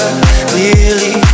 clearly